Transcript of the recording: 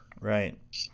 Right